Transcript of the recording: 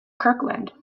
kirkland